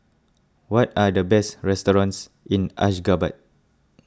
what are the best restaurants in Ashgabat